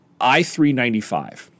I-395